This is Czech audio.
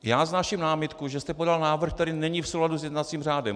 Já vznáším námitku, že jste podal návrh, který není v souladu s jednacím řádem.